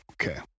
Okay